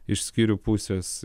iš skyrių pusės